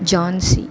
Jhansi